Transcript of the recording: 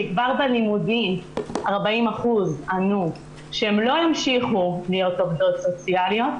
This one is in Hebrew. כבר בלימודים 40% ענו שהם לא ימשיכו להיות עובדות סוציאליות,